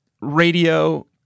radio